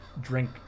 drink